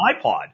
iPod